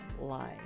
life